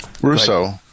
Russo